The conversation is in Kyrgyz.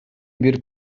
бир